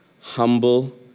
humble